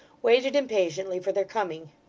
waited impatiently for their coming.